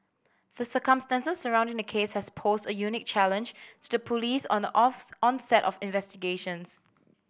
the circumstances surrounding the case has posed a unique challenge to the Police on the onset of investigations